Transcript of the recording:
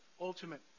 ultimate